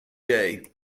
day